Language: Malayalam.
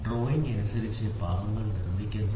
ഡ്രോയിംഗ് അനുസരിച്ച് ഭാഗങ്ങൾ നിർമ്മിക്കുന്നു